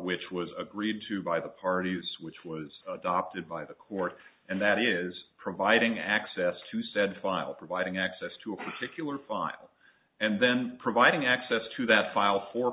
which was agreed to by the parties which was adopted by the court and that is providing access to said file providing access to a particular file and then providing access to that file for